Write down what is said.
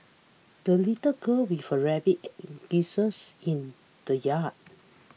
the little girl before rabbit and geese's in the yard